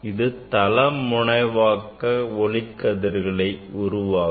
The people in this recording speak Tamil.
இது தள முனைவாக்க ஒளிக்கதிர்களை உருவாக்கும்